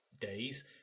days